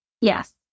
Yes